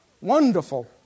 Wonderful